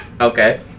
okay